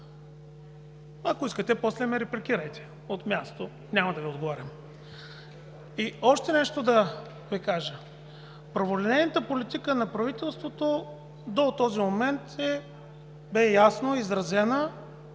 Ако искате, после ме репликирайте от място, няма да Ви отговарям. И още нещо да Ви кажа: праволинейната политика на правителството до този момент бе ясно изразена